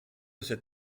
cet